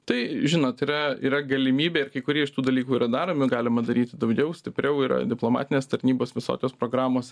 tai žinot yra yra galimybė ir kai kurie iš tų dalykų yra daromi galima daryti daugiau stipriau yra diplomatinės tarnybos visokios programos